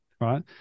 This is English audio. right